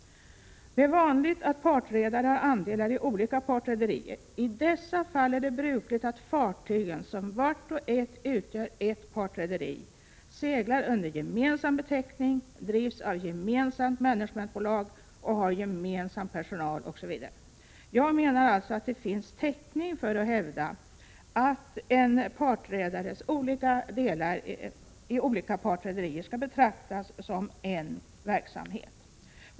Det är vanligt att partredare har andelar i olika partrederier. I dessa fall är det brukligt att fartygen, som vart och ett utgör ett partrederi, seglar under gemensam beteckning, drivs av gemensamt managementbolag, har gemensam personal osv. Jag menar alltså att det finns täckning för att hävda att en partredares andelar i olika partrederier skall betraktas som en verksamhet.